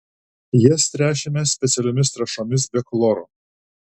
jas tręšiame specialiomis trąšomis be chloro